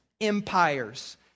empires